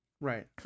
Right